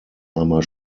einmal